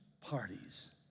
parties